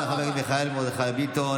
תודה רבה לחבר הכנסת מיכאל מרדכי ביטון.